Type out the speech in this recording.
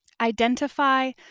identify